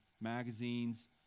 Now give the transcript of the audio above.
magazines